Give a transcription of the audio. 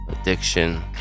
addiction